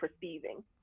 perceiving